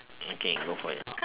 okay go for it